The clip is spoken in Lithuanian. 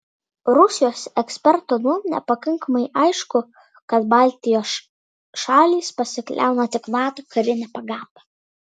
rusijos eksperto nuomone pakankamai aišku kad baltijos šalys pasikliauna tik nato karine pagalba